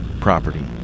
property